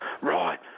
Right